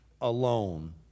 alone